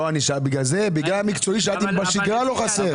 בגלל המקצועי, שאלתי אם בשגרה לא חסר.